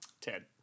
Ted